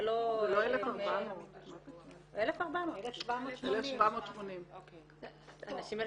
זה לא 1,400. זה 1,780. הנשים האלה